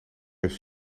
heeft